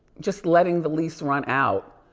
just letting the lease run out.